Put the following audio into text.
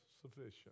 sufficient